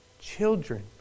children